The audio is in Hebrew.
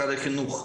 משרד החינוך,